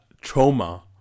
trauma